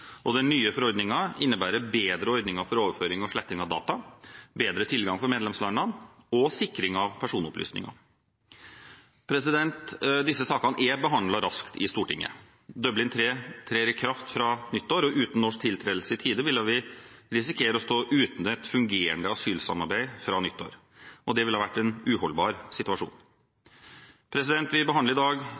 Den nye forordningen innebærer bedre ordninger for overføring og sletting av data, bedre tilgang for medlemslandene og sikring av personopplysninger. Disse sakene er behandlet raskt i Stortinget. Dublin III trer i kraft fra nyttår, og uten norsk tiltredelse i tide ville vi risikere å stå uten et fungerende asylsamarbeid fra nyttår. Det ville vært en uholdbar situasjon. Vi behandler i dag